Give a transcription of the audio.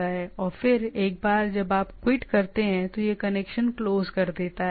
और फिर एक बार जब आप क्विट करते हैं तो यह कनेक्शन क्लोज कर देता है